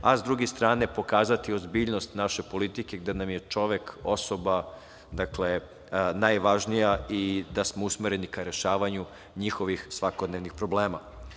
a s druge strane pokazati ozbiljnost naše politike, da nam je čovek osoba koja je najvažnija i da smo usmereni ka rešavanju njihovih svakodnevnih problema. Treći